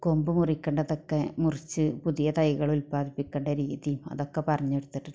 കൊമ്പ് മുറിക്കേണ്ടതൊക്കെ മുറിച്ച് പുതിയ തൈകൾ ഉൽപാദിപ്പിക്കേണ്ട രീതി അതൊക്കെ പറഞ്ഞുകൊടുത്തിട്ടുണ്ട്